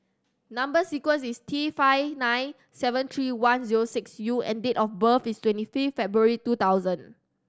number sequence is T five nine seven three one zero six U and date of birth is twenty fifth February two thousand